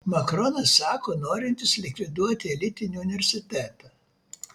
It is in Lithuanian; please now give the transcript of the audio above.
makronas sako norintis likviduoti elitinį universitetą